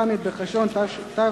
ל' בחשוון התש"ע,